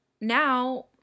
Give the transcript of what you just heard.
now